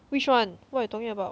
which one what you talking about